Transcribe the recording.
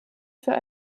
für